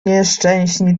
nieszczęśni